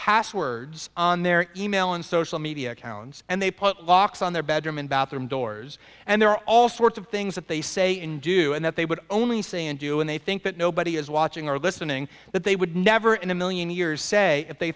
passwords on their email and social media accounts and they put locks on their bedroom and bathroom doors and there are all sorts of things that they say and do and that they would only say and do and they think that nobody is watching or listening but they would never in a million years say if they